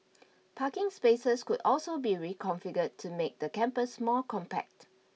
parking spaces could also be reconfigured to make the campus more compact